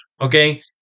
Okay